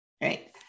right